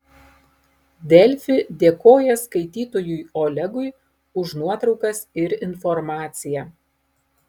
delfi dėkoja skaitytojui olegui už nuotraukas ir informaciją